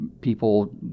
people